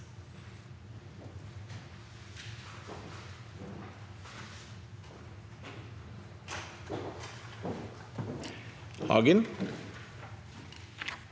Hagen